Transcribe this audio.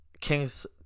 Kings